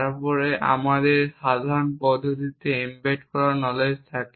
তারপরে আমাদের সাধারণ পদ্ধতিতে এম্বেড করা নলেজ থাকে